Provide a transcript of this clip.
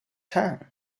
town